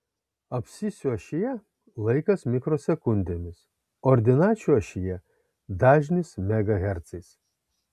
abscisių ašyje laikas mikrosekundėmis ordinačių ašyje dažnis megahercais